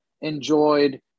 enjoyed